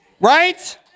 Right